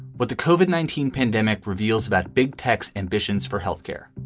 but the koven nineteen pandemic reveals about big tech's ambitions for health care.